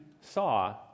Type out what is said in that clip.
saw